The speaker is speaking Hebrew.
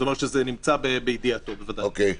זאת אומרת, שזה נמצא בידיעתו בוודאי.